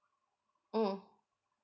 mm